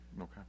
Okay